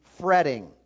fretting